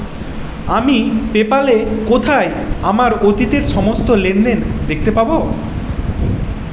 আমি পেপ্যালে কোথায় আমার অতীতের সমস্ত লেনদেন দেখতে পাব